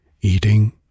eating